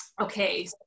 Okay